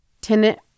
Tenant